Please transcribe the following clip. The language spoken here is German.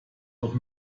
doch